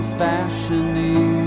fashioning